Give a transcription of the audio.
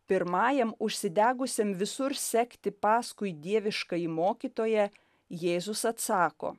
pirmajam užsidegusiam visur sekti paskui dieviškąjį mokytoją jėzus atsako